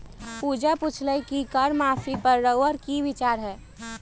पूजा पुछलई कि कर माफी पर रउअर कि विचार हए